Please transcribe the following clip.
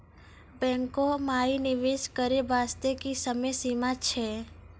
बैंको माई निवेश करे बास्ते की समय सीमा छै?